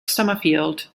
summerfield